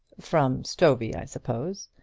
from stovey, i suppose.